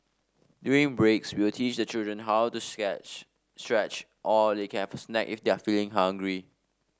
during breaks we will teach the children how to stretch or they can have a snack if they're feeling hungry